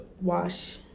wash